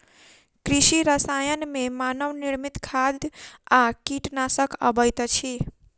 कृषि रसायन मे मानव निर्मित खाद आ कीटनाशक अबैत अछि